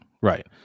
Right